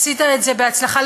עשית את זה בהצלחה,